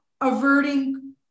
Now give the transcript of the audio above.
averting